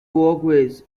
walkways